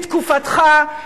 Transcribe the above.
בתקופתך,